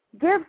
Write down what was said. Give